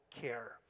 care